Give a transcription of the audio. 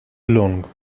long